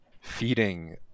feeding